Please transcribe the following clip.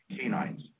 canines